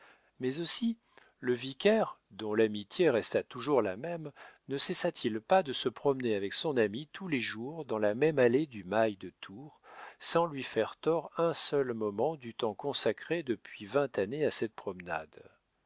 mais aussi le vicaire dont l'amitié resta toujours la même ne cessa t il pas de se promener avec son ami tous les jours dans la même allée du mail de tours sans lui faire tort un seul moment du temps consacré depuis vingt années à cette promenade